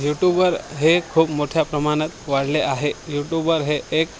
YouTuber हे खूप मोठ्या प्रमाणात वाढले आहे यूटूबर हे एक